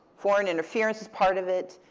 foreign interference is part of it.